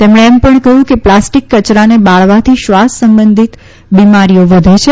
તેમણે એમ પણ કહ્યું કે પ્લાસ્ટીક કચરાને બાળવાથી શ્વાસ સંબંધિત બિમારીઓ વધે છે